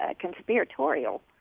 conspiratorial